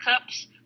cups